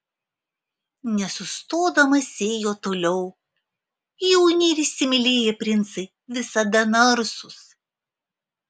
nesustodamas ėjo toliau jauni ir įsimylėję princai visada narsūs